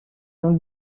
mon